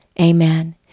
Amen